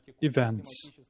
events